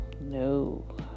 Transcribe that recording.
No